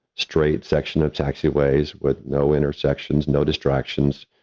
straight section of taxiways with no intersections, no distractions,